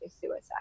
suicide